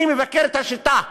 אני מבקר את השיטה,